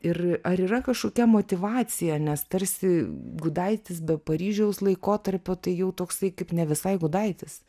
ir ar yra kažkokia motyvacija nes tarsi gudaitis be paryžiaus laikotarpio tai jau toksai kaip nevisai gudaitis